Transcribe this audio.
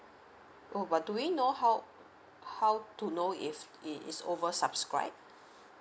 oh but do we know how how to know if it is over subscribe